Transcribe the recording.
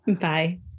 Bye